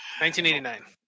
1989